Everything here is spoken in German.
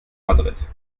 madrid